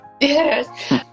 Yes